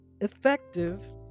effective